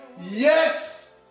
yes